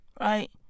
Right